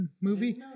movie